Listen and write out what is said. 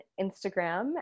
Instagram